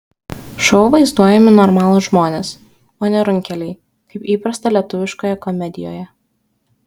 šou vaizduojami normalūs žmonės o ne runkeliai kaip įprasta lietuviškoje komedijoje